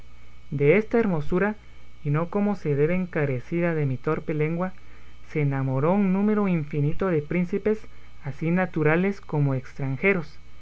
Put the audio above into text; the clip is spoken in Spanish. de esta hermosura y no como se debe encarecida de mi torpe lengua se enamoró un número infinito de príncipes así naturales como estranjeros